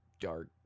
dark